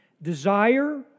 Desire